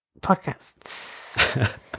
podcasts